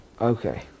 okay